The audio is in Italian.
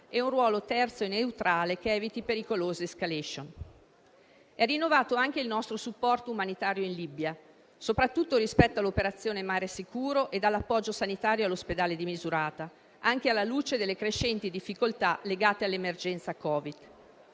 e un ruolo terzo e neutrale che eviti pericolose *escalation*. È rinnovato anche il nostro supporto umanitario in Libia, soprattutto rispetto all'operazione Mare sicuro e all'appoggio sanitario all'ospedale di Misurata, anche alla luce delle crescenti difficoltà legate all'emergenza Covid.